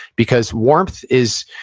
because, warmth is,